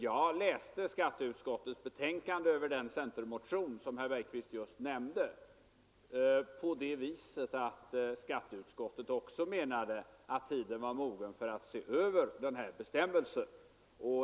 Jag läste skatteutskottets betänkande över den centermotion, som herr Bergqvist just nämnde, på det viset att skatteutskottet också menade att tiden var mogen att se över den här bestämmelsen.